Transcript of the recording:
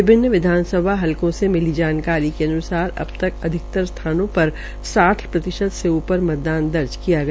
विभिन्न विधानसभा हलकों से मिली जानकारी के अन्सार अब तक अधिकतर स्थानों पर साठ प्रतिशत से ऊपर मतदान दर्ज किया गया